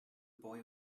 boy